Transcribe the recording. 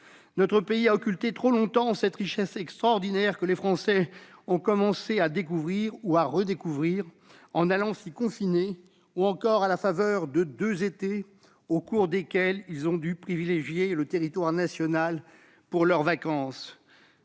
notre pays a occulté trop longtemps cette richesse extraordinaire que les Français ont commencé à découvrir ou à redécouvrir en allant s'y confiner ou encore à la faveur de deux étés au cours desquels ils ont dû privilégier le territoire national pour leurs vacances.